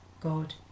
God